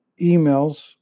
emails